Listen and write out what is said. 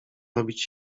robić